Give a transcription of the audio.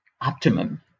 optimum